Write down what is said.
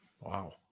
wow